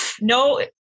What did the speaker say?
no